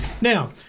Now